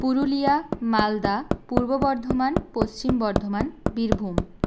Purulia Malda Purba Bardhaman Paschim Bardhaman Birbhum